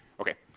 okay.